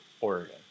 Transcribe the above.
Oregon